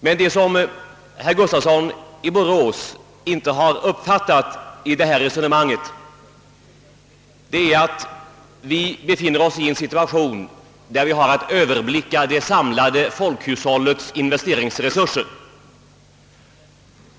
Herr Gustafsson i Borås har emellertid tydligen inte uppfattat att vi befinner oss i en sådan situation, att vi måste överblicka folkhushållets samlade investeringsresurser.